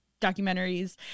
documentaries